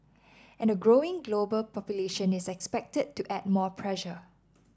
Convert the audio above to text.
and a growing global population is expected to add more pressure